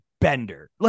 Bender